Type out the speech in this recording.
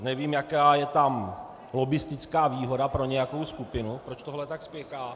Nevím, jaká je tam lobbistická výhoda pro nějakou skupinu, proč tohle tak spěchá.